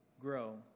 grow